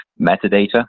metadata